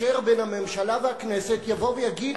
המקשר בין הממשלה והכנסת יבוא ויגיד,